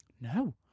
no